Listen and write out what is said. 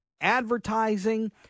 advertising